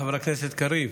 חבר הכנסת קריב,